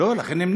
החוק הקודם.